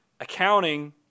Accounting –